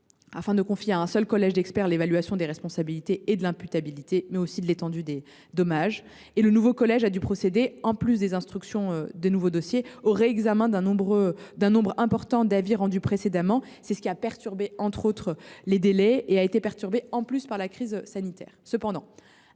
afin de confier à un seul collège d’experts l’évaluation des responsabilités, de l’imputabilité et de l’étendue des dommages. Le nouveau collège a dû procéder, en plus de l’instruction des nouveaux dossiers, au réexamen d’un nombre important d’avis rendus précédemment. Ses travaux ont aussi été perturbés par la crise sanitaire.